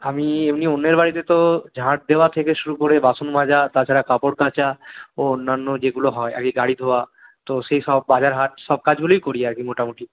আমি এমনি অন্যের বাড়িতে তো ঝাঁট দেওয়া থেকে শুরু করে বাসন মাজা তাছাড়া কাপড় কাঁচা ও অন্যান্য যেগুলো হয় আর কি গাড়ি ধোওয়া তো সেইসব বাজার হাট সব কাজগুলোই করি আর কি মোটামোটি